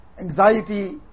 anxiety